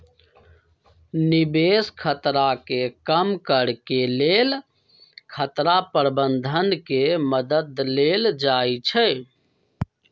निवेश खतरा के कम करेके लेल खतरा प्रबंधन के मद्दत लेल जाइ छइ